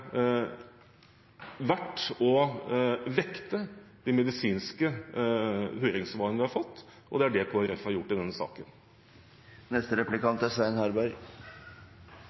verdt å vekte de medisinske høringssvarene vi har fått, og det er det Kristelig Folkeparti har gjort i denne saken. I dag diskuterer vi den lille delen av boksesporten som er